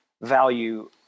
value